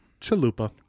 Chalupa